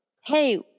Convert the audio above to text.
hey